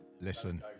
Listen